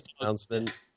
announcement